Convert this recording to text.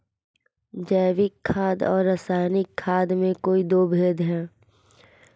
जैविक खाद और रासायनिक खाद में कोई भेद है?